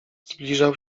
zbliżał